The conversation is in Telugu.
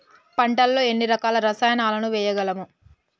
పంటలలో ఎన్ని రకాల రసాయనాలను వేయగలము?